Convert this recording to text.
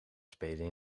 spelen